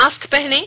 mask पहनें